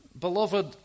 Beloved